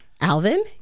Alvin